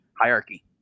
hierarchy